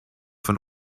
von